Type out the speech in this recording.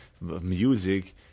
music